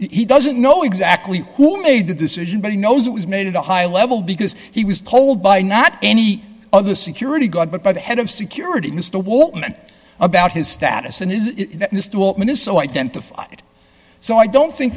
he doesn't know exactly who made the decision but he knows it was made at a high level because he was told by not any other security guard but by the head of security mr walton and about his status and this development is so identified so i don't think